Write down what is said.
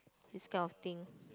this kind of thing